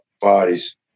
bodies